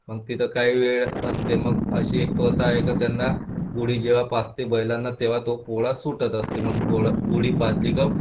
मग तिथं काही वेळ असते मग अशी एक प्रथा आहे का त्यांना गुढी जेव्हा पाजते बैलांना तेव्हा तो पोळा सुटत असते मग गोड गुढी पाजली का